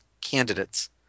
candidates